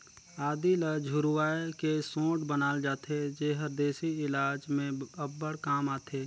आदी ल झुरवाए के सोंठ बनाल जाथे जेहर देसी इलाज में अब्बड़ काम आथे